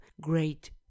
great